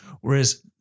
Whereas